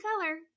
color